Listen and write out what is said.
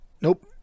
nope